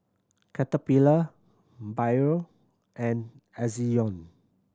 Caterpillar Biore and Ezion